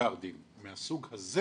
שהגיפט-קארדים מהסוג הזה